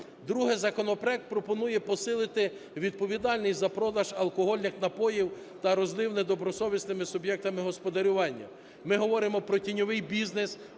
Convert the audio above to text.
Друге. Законопроект пропонує посилити відповідальність за продаж алкогольних напоїв та розлив недобросовісними суб'єктами господарювання, ми говоримо про тіньовий бізнес.